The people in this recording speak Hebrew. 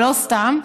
לא סתם,